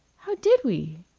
how did we?